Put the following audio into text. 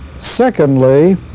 secondly,